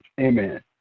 Amen